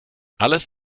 alles